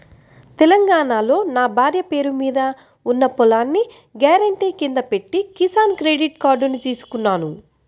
తెలంగాణాలో నా భార్య పేరు మీద ఉన్న పొలాన్ని గ్యారెంటీ కింద పెట్టి కిసాన్ క్రెడిట్ కార్డుని తీసుకున్నాను